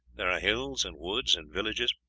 there are hills and woods and villages.